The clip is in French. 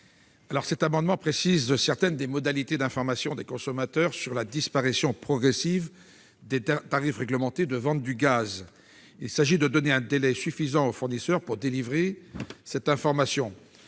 Cet amendement tend à préciser certaines des modalités d'information des consommateurs sur la disparition progressive des tarifs réglementés de vente du gaz. Il s'agit de donner un délai suffisant aux fournisseurs pour délivrer cette information.